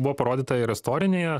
buvo parodyta ir istorinėje